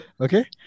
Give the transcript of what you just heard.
Okay